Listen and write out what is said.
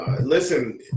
Listen